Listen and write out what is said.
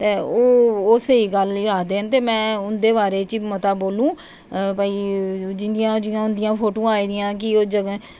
ते ओह् स्हेई गल्ल आक्खदे ते में उंदे बारै च मता बोलूं की भई जियां ओह् फोटुआं आई दियां कि जियां